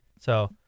So-